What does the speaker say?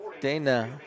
Dana